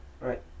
Right